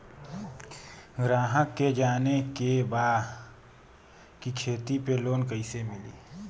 ग्राहक के जाने के बा की खेती पे लोन कैसे मीली?